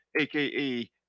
AKA